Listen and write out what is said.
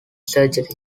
surgery